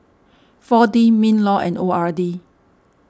four D MinLaw and O R D